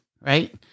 right